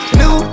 new